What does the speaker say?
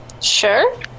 sure